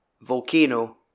Volcano